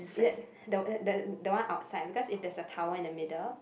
ya the the the one outside because if there's a tower in the middle